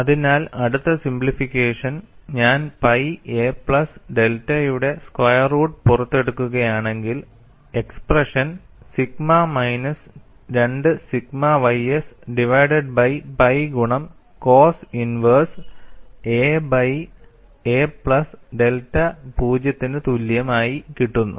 അതിനാൽ അടുത്ത സിംപ്ലിഫിക്കേഷൻ ഞാൻ പൈ a പ്ലസ് ഡെൽറ്റയുടെ സ്ക്വയർ റൂട്ട് പുറത്തെടുക്കുകയാണെങ്കിൽ expression sigma minus 2 sigma ys divided by pi ഗുണം cos inverse a by a plus delta പൂജ്യത്തിന് തുല്യം ആയി കിട്ടുന്നു